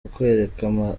kukwereka